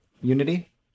unity